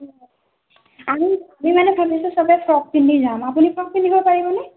আমি আমি মানে ফেমেলিটো সবে ফ্ৰক পিন্ধি যাম আপুনি ফ্ৰক পিন্ধিব পাৰিবনে